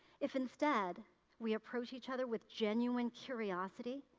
if instead we approach each other with genuine curiosity,